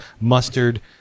mustard